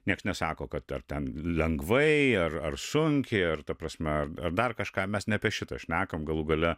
nieks nesako kad ar ten lengvai ar ar sunkiai ar ta prasme ar dar kažką mes ne apie šitą šnekam galų gale